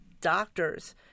doctors